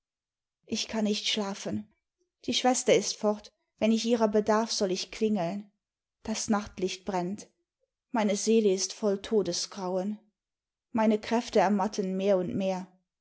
ich kann nicht schlafen die schwester ist fort wenn ich ihrer bedarf soll ich klingeln das nachlicht brennt meine seele ist voll todesgrauen meine kräfte ermatten mehr und mehr